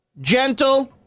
gentle